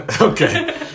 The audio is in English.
okay